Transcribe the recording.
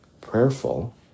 prayerful